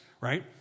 right